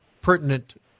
pertinent